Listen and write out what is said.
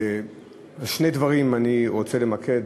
בשני דברים אני רוצה למקד